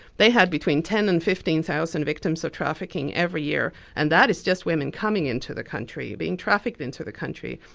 they had between ten thousand and fifteen thousand victims of trafficking every year, and that is just women coming in to the country, being trafficked into the country,